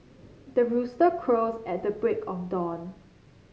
the rooster crows at the break of dawn